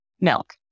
milk